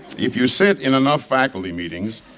if you sit in enough faculty meetings,